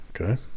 Okay